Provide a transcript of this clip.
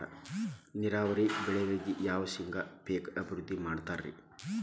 ನೇರಾವರಿ ಬೆಳೆಗಾಗಿ ಯಾವ ಶೇಂಗಾ ಪೇಕ್ ಅಭಿವೃದ್ಧಿ ಮಾಡತಾರ ರಿ?